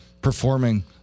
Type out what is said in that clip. performing